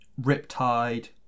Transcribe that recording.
Riptide